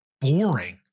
boring